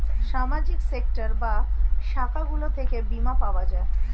সামাজিক সেক্টর বা শাখাগুলো থেকে বীমা পাওয়া যায়